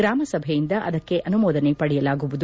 ಗ್ರಾಮ ಸಭೆಯಿಂದ ಅದಕ್ಕೆ ಅನುಮೋದನೆ ಪಡೆಯಲಾಗುವುದು